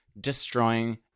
destroying